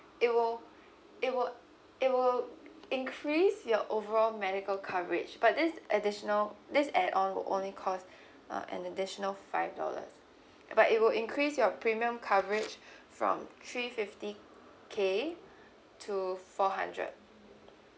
it will it will it will increase your overall medical coverage but this additional this add on will only cost uh an additional five dollars but it will increase your premium coverage from three fifty K to four hundred